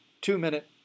two-minute